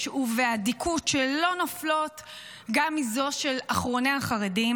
ובאדיקות שלא נופלות גם מזו של אחרוני החרדים,